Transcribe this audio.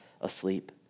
asleep